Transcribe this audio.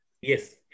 yes